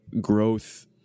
growth